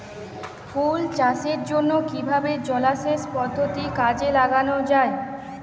ফুল চাষের জন্য কিভাবে জলাসেচ পদ্ধতি কাজে লাগানো যাই?